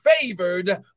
favored